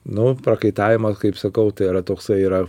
nu prakaitavimą kaip sakau tai yra toksai yra